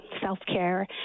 self-care